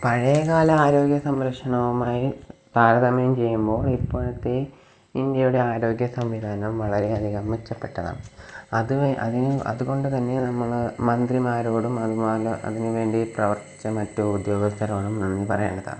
പഴയകാല ആരോഗ്യ സംരക്ഷണവുമായി താരതമ്യം ചെയ്യുമ്പോൾ ഇപ്പോഴത്തെ ഇന്ത്യയുടെ ആരോഗ്യ സംവിധാനം വളരെയധികം മെച്ചപ്പെട്ടതാണ് അത് അതിന് അതുകൊണ്ട് തന്നെ നമ്മൾ മന്ത്രിമാരോടും അതുപോലെ അതിനുവേണ്ടി പ്രവർത്തിച്ച മറ്റു ഉദ്യോഗസ്ഥരോടും നന്ദി പറയേണ്ടതാണ്